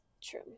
True